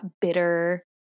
bitter